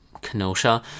Kenosha